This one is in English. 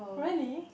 really